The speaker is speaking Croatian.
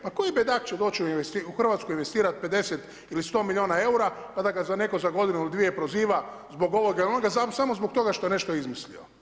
Pa koji bedak će doći u Hrvatsku investirati 50 ili 100 milijuna eura pa da ga netko za godinu ili dvije proziva zbog ovoga ili onoga samo zbog toga što je nešto izmislio.